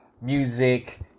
music